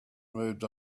moved